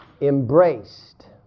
Embraced